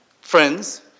friends